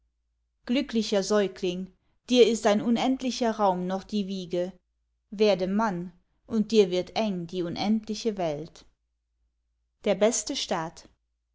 glücklicher säugling dir ist ein unendlicher raum noch die wiege werde mann und dir wird eng die unendliche welt der beste staat